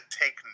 take